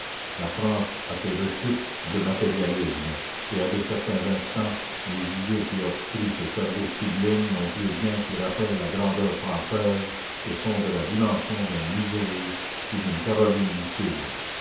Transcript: la france a ses rechutes de matérialisme et à de certains instants les idées qui obstruent ce cerveau sublime n'ont plus rien qui rappelle la grandeur française et sont de la dimension d'un missouri et d'une caroline du sud